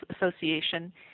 Association